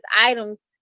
items